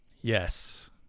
Yes